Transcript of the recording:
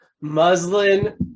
muslin